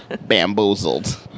Bamboozled